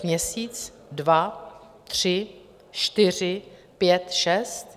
Měsíc dva tři čtyři pět šest?